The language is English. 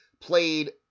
played